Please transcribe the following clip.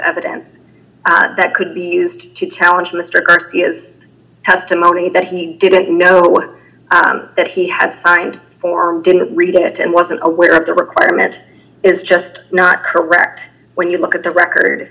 evidence that could be used to challenge mr christie is testimony that he didn't know what that he had signed for or didn't read it and wasn't aware of the requirement is just not correct when you look at the record